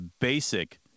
basic